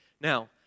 Now